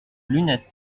lunettes